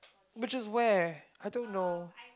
which is where I don't know